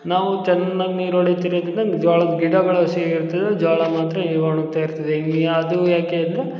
ನಾವು ಚೆನ್ನಾಗಿ ನೀರು ಹೊಡಿತಿರೋದ್ರಿಂದ ಜ್ವಾಳದ ಗಿಡಗಳು ಹಸಿ ಇರ್ತದೆ ಜೋಳ ಮಾತ್ರ ಈಗ ಒಣಗ್ತಾ ಇರ್ತದೆ ಅದು ಯಾಕೆ ಅಂದರೆ